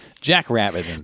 Jackrabbit